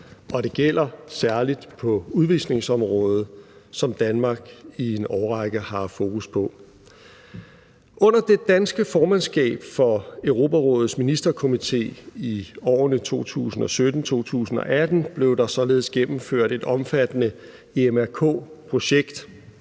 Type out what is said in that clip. Og det gælder særlig på udvisningsområdet, som Danmark i en årrække har haft fokus på. Under det danske formandskab for Europarådets Ministerkomité i årene 2017/2018 blev der således gennemført et omfattende EMRK-projekt